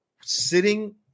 sitting